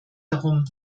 darum